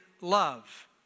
love